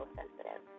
sensitive